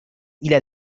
إلى